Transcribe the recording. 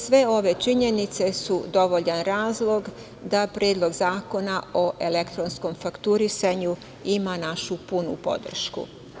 Sve ove činjenicu su dovoljan razlog da Predlog zakona o elektronskom fakturisanju ima našu punu podršku.